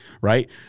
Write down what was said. right